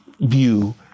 view